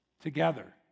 together